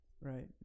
Right